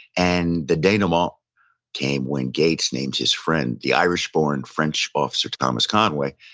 and the denouement came when gates names his friend, the irish-born french officer thomas conway,